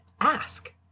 Ask